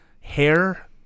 hair